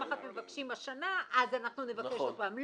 מבקשים השנה אז אנחנו נבקש עוד פעם.